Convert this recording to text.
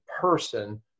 person